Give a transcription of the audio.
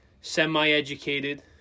semi-educated